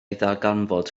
ddarganfod